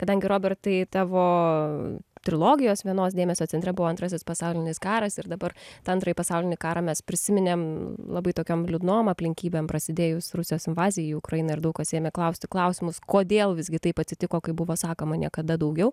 kadangi robertai tavo trilogijos vienos dėmesio centre buvo antrasis pasaulinis karas ir dabar tą antrąjį pasaulinį karą mes prisiminėm labai tokiom liūdnom aplinkybėm prasidėjus rusijos invazijai į ukrainą ir daug kas ėmė klausti klausimus kodėl visgi taip atsitiko kaip buvo sakoma niekada daugiau